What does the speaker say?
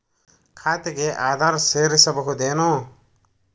ಖಾತೆಗೆ ಆಧಾರ್ ಸೇರಿಸಬಹುದೇನೂ?